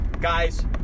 Guys